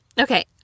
Okay